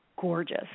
gorgeous